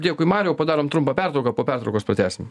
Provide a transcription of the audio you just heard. dėkui mariau padarom trumpą pertrauką po pertraukos pratęsim